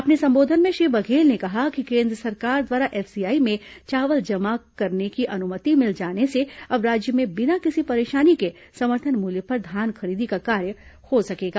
अपने संबोधन में श्री बघेल ने कहा कि केन्द्र सरकार द्वारा एफसीआई में चावल जमा करने की अनुमति मिल जाने से अब राज्य में बिना किसी परेशानी के समर्थन मूल्य पर धान खरीदी का कार्य हो सकेगा